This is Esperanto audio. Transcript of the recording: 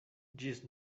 ĝis